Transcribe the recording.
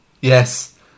Yes